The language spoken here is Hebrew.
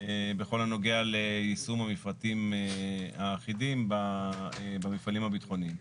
בכל הנוגע ליישום המפרטים האחידים במפעלים הביטחוניים.